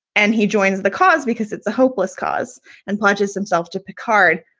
and he joins the cause because it's hopeless cause and punches himself to picard.